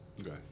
Okay